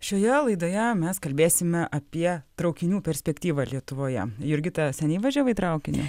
šioje laidoje mes kalbėsime apie traukinių perspektyvą lietuvoje jurgita seniai važiavai traukiniu